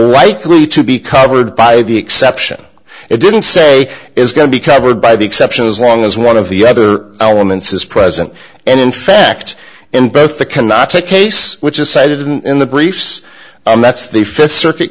clearly to be covered by the exception it didn't say is going to be covered by the exception as long as one of the other elements is present and in fact in both the cannot take case which is cited in the briefs and that's the fifth circuit